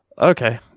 okay